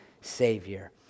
Savior